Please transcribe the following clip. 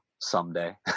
someday